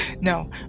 No